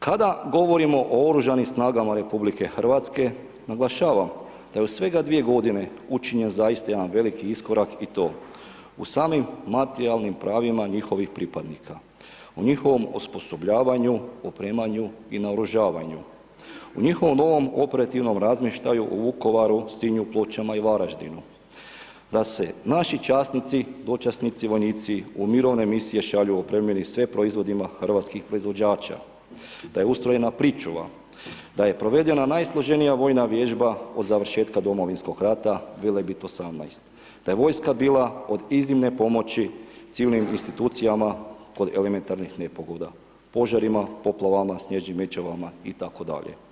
Kada govorimo o Oružanim snagama Republike Hrvatske naglašavam da je u svega 2 godine učinjen zaista jedan veliki iskorak i to u samim materijalnim pravima njihovih pripadnika, u njihovom osposobljavanju, opremanju i naoružavanju, u njihovom novom operativnom razmještaju u Vukovaru, Sinju, Pločama i Varaždinu, da se naši časnici, dočasnici, vojnici u mirovne misije šalju opremljeni sve proizvodima hrvatskih proizvođača, da je ustrojena pričuva, da je provedena najsloženija vojna vježba od završetka Domovinskog rata „Velebit 18“, da je vojska bila od iznimne pomoći civilnim institucijama kod elementarnih nepogoda: požarima, poplavama, snježnim mećavama itd.